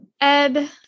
ed